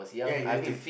ya exactly